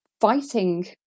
fighting